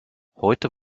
heute